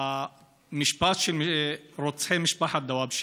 המשפט של רוצחי משפחת דוואבשה.